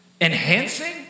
enhancing